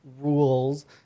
rules